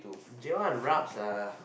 J one rabs ah